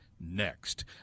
next